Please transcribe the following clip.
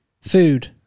Food